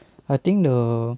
I think the